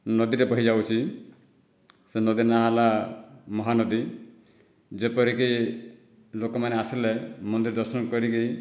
ନଦୀଟିଏ ବହିଯାଉଛି ସେ ନଦୀ ନାଁ ହେଲା ମହାନଦୀ ଯେପରିକି ଲୋକମାନେ ଆସିଲେ ମନ୍ଦିର ଦର୍ଶନ କରିକି